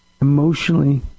emotionally